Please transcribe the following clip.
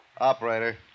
Operator